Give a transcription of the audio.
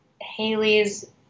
Haley's